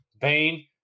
Bane